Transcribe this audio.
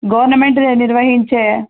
government నిర్వహించే